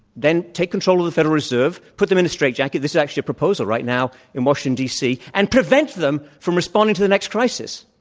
then take control of t federal reserve, put them in a straitjacket this is actually a proposal right now in washington, d. c. and prevent them from responding to the next crisis.